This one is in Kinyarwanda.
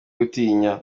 gutinya